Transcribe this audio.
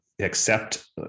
accept